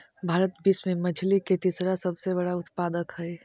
भारत विश्व में मछली के तीसरा सबसे बड़ा उत्पादक हई